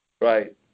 Right